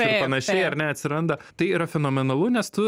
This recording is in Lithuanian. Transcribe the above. ir panašiai ar ne atsiranda tai yra fenomenalu nes tu